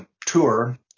tour